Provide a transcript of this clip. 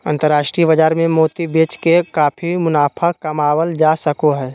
अन्तराष्ट्रिय बाजार मे मोती बेच के काफी मुनाफा कमावल जा सको हय